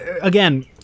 again